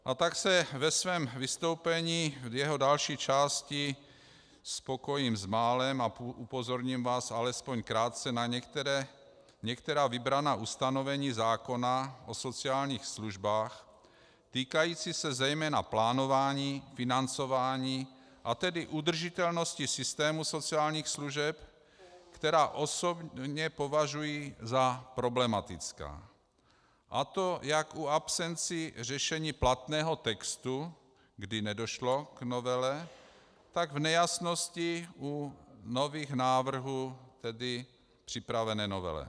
A tak se ve svém vystoupení, v jeho další části spokojím s málem a upozorním vás alespoň krátce na některá vybraná ustanovení zákona o sociálních službách týkající se zejména plánování, financování, a tedy udržitelnosti systému sociálních služeb, která osobně považuji za problematická, a to jak u absencí řešení platného textu, kdy nedošlo k novele, tak v nejasnosti u nových návrhů, tedy v připravené novele.